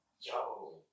Yo